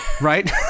right